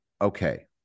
okay